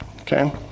Okay